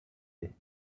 day